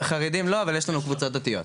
חרדים לא, אבל יש לנו קבוצות דתיות.